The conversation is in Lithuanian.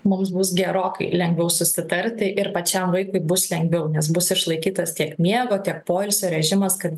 mums bus gerokai lengviau susitarti ir pačiam vaikui bus lengviau nes bus išlaikytas tiek miego tiek poilsio režimas kad